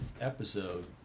episode